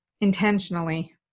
intentionally